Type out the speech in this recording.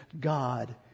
God